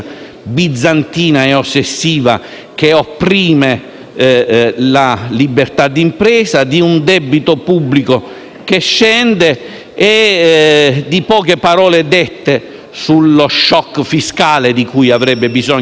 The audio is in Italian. bizantina e ossessiva che opprime la libertà d'impresa, al debito pubblico che scende, alle poche parole dette sullo *choc* fiscale di cui avrebbe bisogno